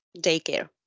daycare